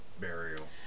burial